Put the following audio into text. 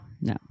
no